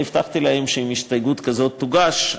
והבטחתי להם שאם הסתייגות כזאת תוגש,